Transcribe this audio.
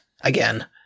again